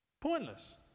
Pointless